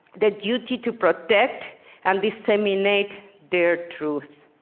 the duty to protect and disseminate their truth.